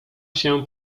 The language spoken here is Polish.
się